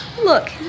Look